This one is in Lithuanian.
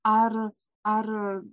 ar ar